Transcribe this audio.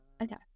okay